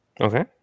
Okay